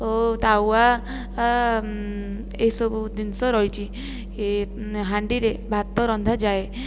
ଓ ତାୱା ଏସବୁ ଜିନିଷ ରହିଛି ଏ ହାଣ୍ଡିରେ ଭାତ ରନ୍ଧାଯାଏ